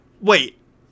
Wait